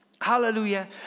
Hallelujah